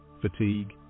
fatigue